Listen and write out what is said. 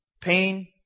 Pain